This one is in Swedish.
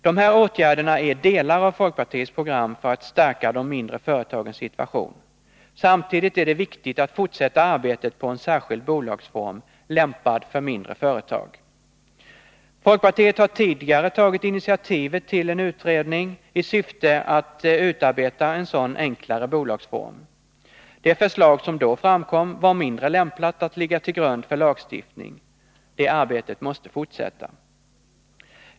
De här åtgärderna är delar av folkpartiets program för att stärka de mindre företagens situation. Samtidigt är det viktigt att fortsätta arbetet på en särskild bolagsform lämpad för mindre företag. Folkpartiet har tidigare tagit initiativet till en utredning i syfte att utarbeta en sådan enklare bolagsform. Det förslag som då framkom var mindre lämpat att ligga till grund för lagstiftning. Detta arbete måste fortsätta.